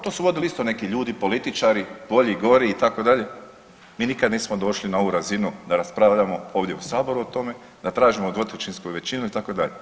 To su vodili isto neki ljudi političari, bolji, gori itd., mi nikada nismo došli na ovu razinu da raspravljamo ovdje u saboru o tome, da tražimo 2/3 većinu itd.